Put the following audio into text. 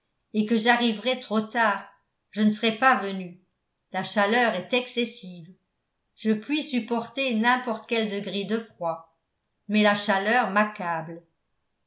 et que j'arriverais trop tard je ne serais pas venu la chaleur est excessive je puis supporter n'importe quel degré de froid mais la chaleur m'accable